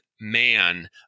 man